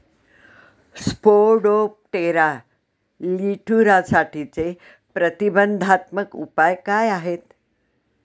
Spodoptera लिट्युरासाठीचे प्रतिबंधात्मक उपाय काय आहेत?